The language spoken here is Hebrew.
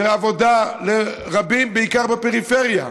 ועבודה לרבים, בעיקר בפריפריה.